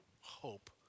hope